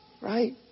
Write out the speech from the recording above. right